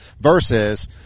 versus